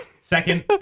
second